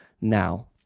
now